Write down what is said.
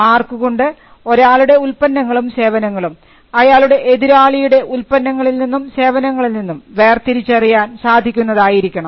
മാർക്കുകൊണ്ട് ഒരാളുടെ ഉൽപ്പന്നങ്ങളും സേവനങ്ങളും അയാളുടെ എതിരാളിയുടെ ഉൽപ്പന്നങ്ങളിൽ നിന്നും സേവനങ്ങളിൽ നിന്നും വേർതിരിച്ചറിയാൻ സാധിക്കുന്നതായിരിക്കണം